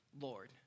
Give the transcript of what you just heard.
Lord